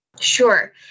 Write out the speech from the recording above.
Sure